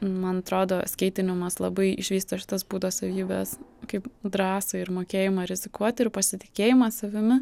man atrodo skeitinimas labai išvysto šitas būdo savybes kaip drąsą ir mokėjimą rizikuoti ir pasitikėjimą savimi